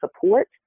support